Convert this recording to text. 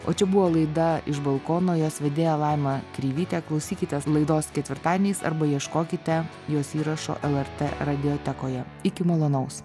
o čia buvo laida iš balkono jos vedėja laima kreivytė klausykitės laidos ketvirtadieniais arba ieškokite jos įrašo lrt radio tekoje iki malonaus